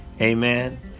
Amen